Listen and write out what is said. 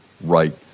right